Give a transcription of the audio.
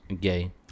gay